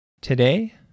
Today